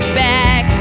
back